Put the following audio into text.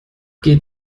geht